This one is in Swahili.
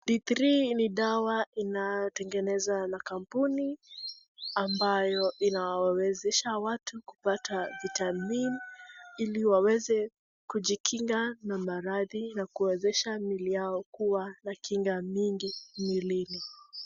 D3 ni dawa inayotengeneza na kampuni ambayo inawawezesha watu kupata vitamin ili waweze kujikinga na maradhi na kuwezesha miili yao kuwa kinga mingi mwilini.